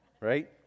right